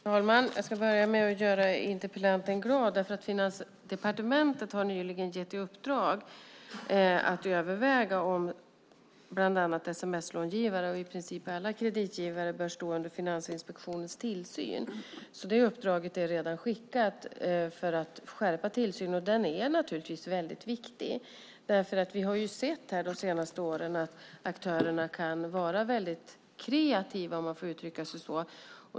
Fru talman! Jag ska börja med att göra interpellanten glad. Finansdepartementet har nyligen gett ett uppdrag om att överväga om bland andra sms-långivare och i princip alla kreditgivare bör stå under Finansinspektionens tillsyn. Det uppdraget är redan skickat för att tillsynen ska skärpas. Den är viktig. Vi har under de senaste åren sett att aktörerna kan vara väldigt kreativa, om jag får uttrycka mig så.